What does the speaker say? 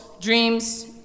dreams